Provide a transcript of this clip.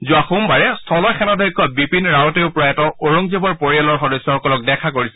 যোৱা সোমবাৰে স্থল সেনাধ্যক্ষ বিপিন ৰাৱতেও প্ৰয়াত ঔৰংগজেৱৰ পৰিয়ালৰ সদস্যসকলক দেখা কৰিছিল